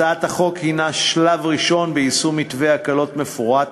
הצעת החוק הנה שלב ראשון ביישום מתווה הקלות מפורט,